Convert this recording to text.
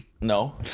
No